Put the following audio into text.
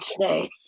today